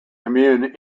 commune